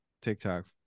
TikTok